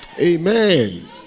Amen